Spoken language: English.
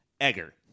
Egger